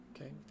Okay